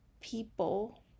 people